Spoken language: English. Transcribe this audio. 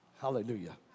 Hallelujah